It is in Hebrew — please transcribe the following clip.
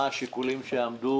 מה השיקולים שעמדו